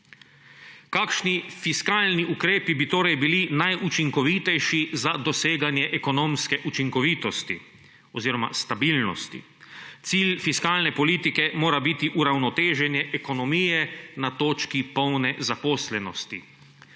Kakšni ukrepi bi torej bili najučinkovitejši za doseganje ekonomske učinkovitosti oziroma stabilnosti? Cilj fiskalne politike mora biti uravnoteženje ekonomije na točki polne zaposlenosti.